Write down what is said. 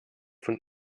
von